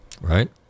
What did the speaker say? Right